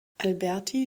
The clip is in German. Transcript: alberti